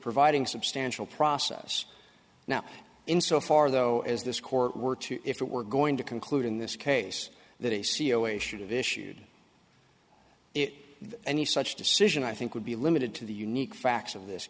providing substantial process now in so far though as this court were to if it were going to conclude in this case that a c e o a should have issued it any such decision i think would be limited to the unique facts of this